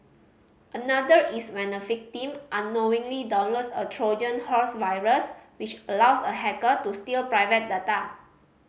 another is when a victim unknowingly downloads a Trojan horse virus which allows a hacker to steal private data